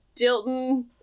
Dilton